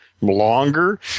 Longer